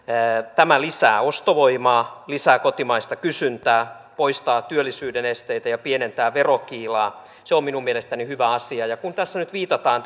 tämä lisää ostovoimaa lisää kotimaista kysyntää poistaa työllisyyden esteitä ja pienentää verokiilaa se on minun mielestäni hyvä asia ja kun tässä nyt viitataan